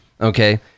Okay